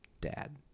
Dad